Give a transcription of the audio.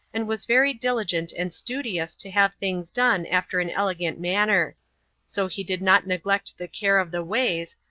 and was very diligent and studious to have things done after an elegant manner so he did not neglect the care of the ways,